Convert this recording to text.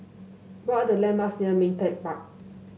what are the landmarks near Ming Teck Park